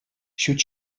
ҫут